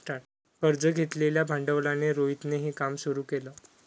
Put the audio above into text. कर्ज घेतलेल्या भांडवलाने रोहितने हे काम सुरू केल